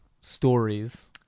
stories